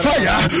Fire